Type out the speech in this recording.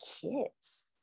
kids